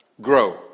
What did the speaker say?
grow